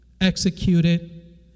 executed